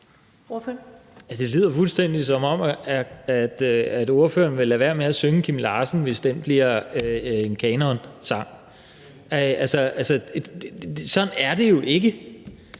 Det lyder fuldstændig, som om ordføreren vil lade være med at synge Kim Larsen, hvis den bliver en kanonsang. Altså, sådan er det jo ikke.